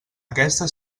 aquesta